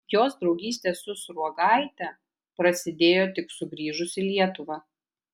jos draugystė su sruogaite prasidėjo tik sugrįžus į lietuvą